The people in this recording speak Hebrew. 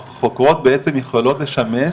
החוקרות בעצם, יכולות לשמש,